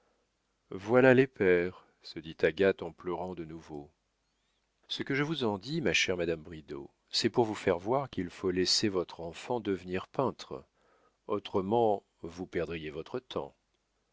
voilà les pères se dit agathe en pleurant de nouveau ce que je vous en dis ma chère madame bridau c'est pour vous faire voir qu'il faut laisser votre enfant devenir peintre autrement vous perdriez votre temps